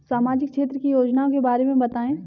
सामाजिक क्षेत्र की योजनाओं के बारे में बताएँ?